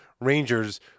Rangers